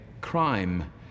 crime